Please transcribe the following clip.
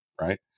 Right